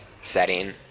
setting